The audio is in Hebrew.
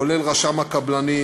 כולל רשם הקבלנים,